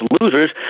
losers